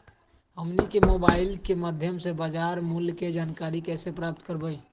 हमनी के मोबाइल के माध्यम से बाजार मूल्य के जानकारी कैसे प्राप्त करवाई?